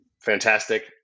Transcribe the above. Fantastic